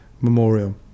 memorial